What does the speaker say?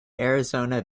arizona